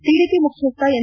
TDP ಮುಖ್ಯಸ್ಥ N